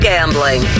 Gambling